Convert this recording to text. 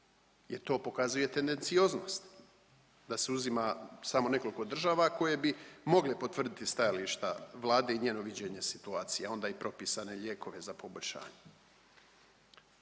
jer to pokazujete necioznost da se uzima samo nekoliko država koje bi mogle potvrditi stajališta Vlade i njeno viđenje situacija, onda i propisane lijekove za poboljšanje.